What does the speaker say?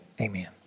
Amen